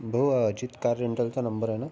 भाऊ हा अजित कार रेंटलचा नंबर आहे ना